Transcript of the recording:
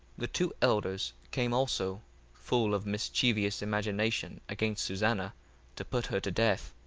the two elders came also full of mischievous imagination against susanna to put her to death